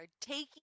taking